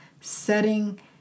setting